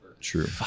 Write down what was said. true